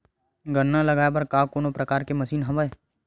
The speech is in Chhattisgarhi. गन्ना लगाये बर का कोनो प्रकार के मशीन हवय?